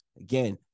Again